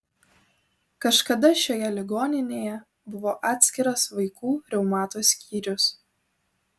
kažkada šioje ligoninėje buvo atskiras vaikų reumato skyrius